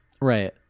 right